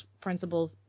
principles